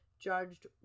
Judged